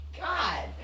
God